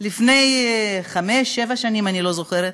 לפני חמש, שבע שנים, אני לא זוכרת.